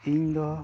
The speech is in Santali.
ᱤᱧᱫᱚ